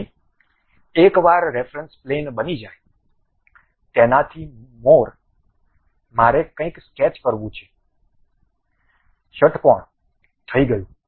તેથી એકવાર reference plane બની જાય તેનાથી મોર મારે કંઇક સ્કેચ કરવું છે ષટ્કોણ થઈ ગયું